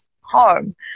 home